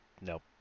nope